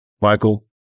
Michael